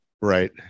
right